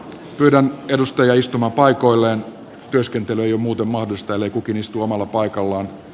kylän edustajia istumaan paikoilleen työskentelyä jo muutaman listoille kukin istu omalla paikallaan